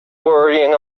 worrying